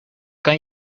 kan